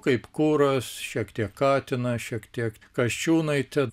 kaip kuras šiek tiek katinas šiek tiek kasčiūnaitė